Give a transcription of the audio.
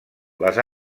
les